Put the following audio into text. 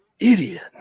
Idiot